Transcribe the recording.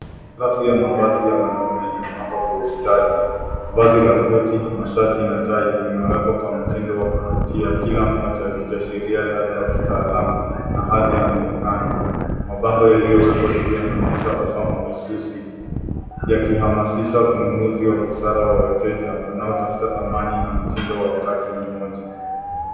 Rafu ya mavazi ya wanaume imepangwa kwa ustadi. Vazi la koti, mashati na tai vimewekwa kwa mtindo wa kuvutia kila moja likiashiria ladhaa ya kitaalamu na hadhi ya muonekano. Mabango yaliyowekwa juu yanaonyesha offer mahususi yakihamasisha ununuzi wa busara wa wateja wanaotafuta thamani na mtindo wa wakati mmoja.